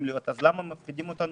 לראות תוצאות ואם כן למה מפחידים אותנו